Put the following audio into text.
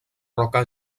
roca